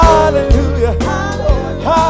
Hallelujah